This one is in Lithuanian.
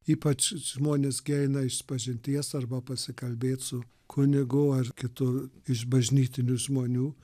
ypač žmonės gi eina išpažinties arba pasikalbėt su kunigu ar kitu iš bažnytinių žmonių